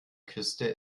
küste